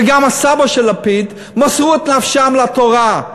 וגם הסבא של לפיד מסרו את נפשם לתורה,